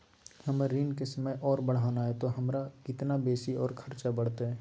हमर ऋण के समय और बढ़ाना है तो हमरा कितना बेसी और खर्चा बड़तैय?